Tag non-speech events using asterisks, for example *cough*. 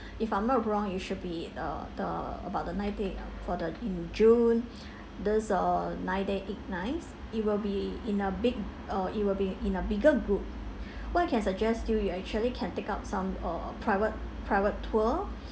if I'm not wrong it should be uh the about the nine day for the in june *breath* these are nine day eight nights it will be in a big uh it will be in a bigger group what I can suggest you you actually can take up some uh private private tour